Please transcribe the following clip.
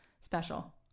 special